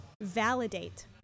validate